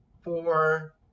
four